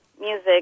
music